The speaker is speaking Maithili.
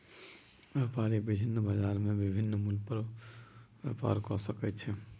व्यापारी विभिन्न बजार में विभिन्न मूल्य पर व्यापार कय सकै छै